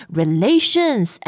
relations